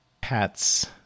pets